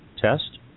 test